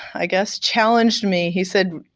i guess challenged me. he said,